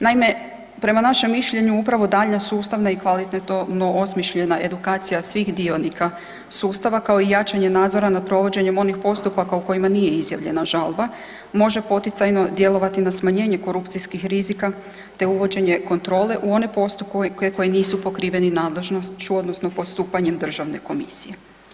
Naime, prema našem mišljenju, upravo daljnja sustavna i kvalitetno osmišljena edukacija svih dionika sustava kao i jačanje nadzora nad provođenjem onih postupaka u kojima nije izjavljena žalba, može poticajno djelovati na smanjenje korupcijskih rizika te uvođenje kontrole u one postupke koji nisu pokriveni nadležnošću odnosno postupanjem Državne komisije.